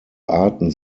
arten